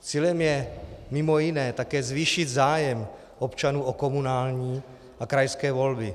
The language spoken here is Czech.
Cílem je mj. také zvýšit zájem občanů o komunální a krajské volby.